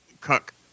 Cook